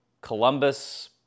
Columbus